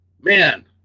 man